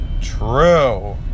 true